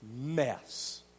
mess